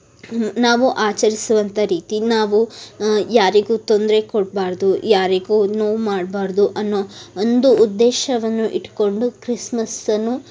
ನಾವು ಆಚರಿಸುವಂಥ ರೀತಿ ನಾವು ಯಾರಿಗೂ ತೊಂದರೆ ಕೊಡಬಾರ್ದು ಯಾರಿಗೂ ನೋವು ಮಾಡಬಾರ್ದು ಅನ್ನೋ ಒಂದು ಉದ್ದೇಶವನ್ನು ಇಟ್ಕೊಂಡು ಕ್ರಿಸ್ಮಸ್ಸನ್ನು